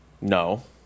No